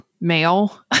male